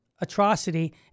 atrocity